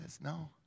no